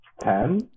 Ten